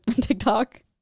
TikTok